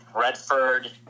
Redford